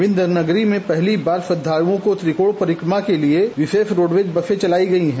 विन्ध्य नगरी में पहली बार श्रद्दालुओं को त्रिकोण परिकमा के लिये विरोष रोडवेज बसे चलायी गई हैं